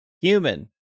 human